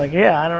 ah yeah, i don't,